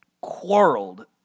quarreled